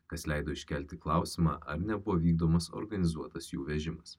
kas leido iškelti klausimą ar nebuvo vykdomas organizuotas jų vežimas